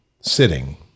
Sitting